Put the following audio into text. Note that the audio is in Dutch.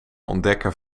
ontdekker